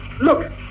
look